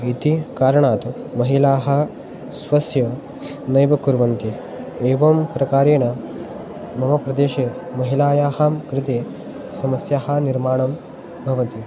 इति कारणात् महिलाः स्वस्य नैव कुर्वन्ति एवं प्रकारेण मम प्रदेशे महिलायाः कृते समस्याः निर्माणं भवति